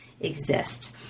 exist